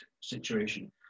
situation